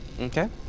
Okay